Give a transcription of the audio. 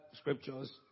scriptures